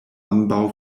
ambaŭ